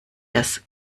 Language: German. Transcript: das